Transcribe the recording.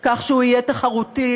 כך שהוא יהיה תחרותי,